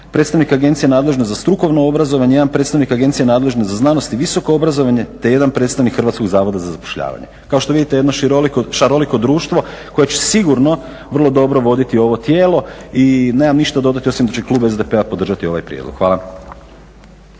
predstavnik Agencije nadležne za strukovno obrazovanje, jedan predstavnik Agencije nadležne za znanost i visoko obrazovanje te jedan predstavnik Hrvatskog zavoda za zapošljavanje. Kao što vidite jedno šaroliko društvo koje će sigurno vrlo dobro voditi ovo tijelo. I nemam ništa dodati osim da će klub SDP-a podržati ovaj prijedlog. Hvala.